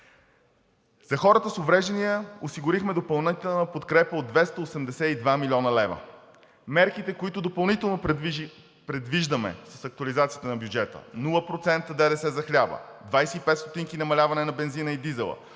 За хората с увреждания осигурихме допълнителна подкрепа от 282 млн. лв. Мерките, които допълнително предвиждаме с актуализацията на бюджета – нула процента ДДС за хляба; 25 стотинки намаляване на бензина и дизела;